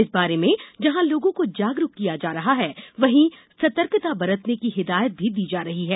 इस बारे में जहां लोगों को जागरूक किया जा रहा है वहीं सतर्कता बरतने की हिदायत भी दी जा रही है